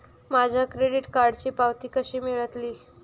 माझ्या क्रेडीट कार्डची पावती कशी मिळतली?